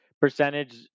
percentage